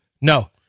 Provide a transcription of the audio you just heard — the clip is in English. No